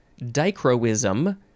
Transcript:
dichroism